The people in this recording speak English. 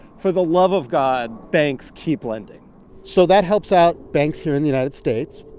for the love of god, banks, keep lending so that helps out banks here in the united states.